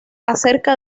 acerca